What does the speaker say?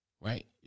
Right